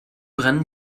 brennen